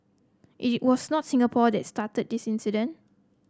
it was not Singapore that started this incident